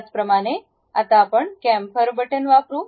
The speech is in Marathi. त्याचप्रमाणे कॅम्फर बटण वापरू